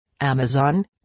Amazon